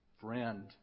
friend